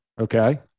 Okay